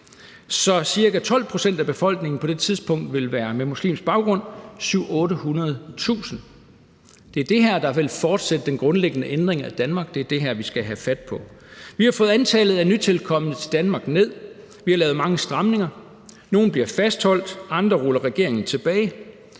så ca. 12 pct. af befolkningen på det tidspunkt vil være med muslimsk baggrund, 700.000-800.000. Det er det her, der vil fortsætte den grundlæggende ændring af Danmark. Det er det her, vi skal have fat på. Vi har fået antallet af nytilkomne til Danmark ned. Vi har lavet mange stramninger; nogle bliver fastholdt, andre ruller regeringen tilbage.